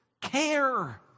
Care